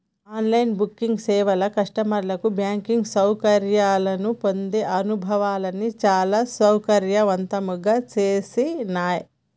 on line banking సేవలు కస్టమర్లకు banking సౌకర్యాలను పొందే అనుభవాన్ని చాలా సౌకర్యవంతంగా చేసినాయ్